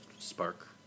Spark